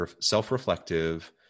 self-reflective